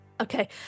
Okay